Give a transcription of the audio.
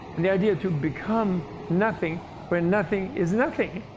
and the idea to become nothing when nothing is nothing.